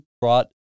brought